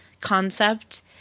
concept